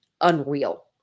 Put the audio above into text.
unreal